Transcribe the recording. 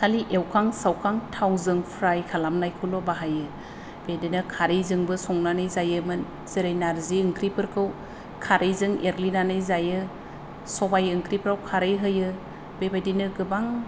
खालि एउखां सावखां थावजों फ्राय खालामनायखौल' बाहायो बेदिनो खारैजोंबो संनानै जायोमोन जेरै नारजि ओंख्रिफोरखौ खारैजों एरग्लिनानै जायो सबाय ओंख्रिफ्राव खारै होयो बेबायदिनो गोबां रोखोम